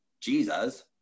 Jesus